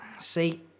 See